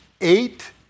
eight